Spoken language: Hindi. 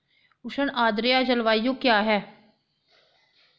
उष्ण आर्द्र जलवायु क्या है?